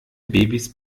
babys